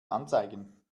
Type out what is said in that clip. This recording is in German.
anzeigen